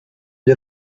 des